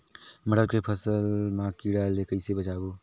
मटर के फसल मा कीड़ा ले कइसे बचाबो?